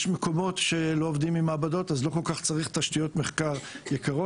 יש מקומות שלא עובדים עם מעבדות אז לא כל כך צריך תשתיות מחקר יקרות,